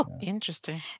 Interesting